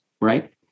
right